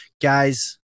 guys